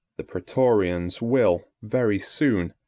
the praetorians will, very soon,